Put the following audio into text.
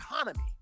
economy